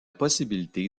possibilité